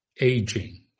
aging